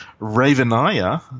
Ravenaya